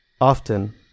often